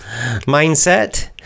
mindset